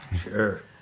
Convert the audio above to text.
Sure